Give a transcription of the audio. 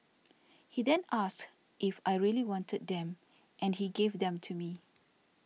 he then asked if I really wanted them and he gave them to me